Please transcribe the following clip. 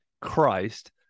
Christ